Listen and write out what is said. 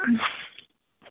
అ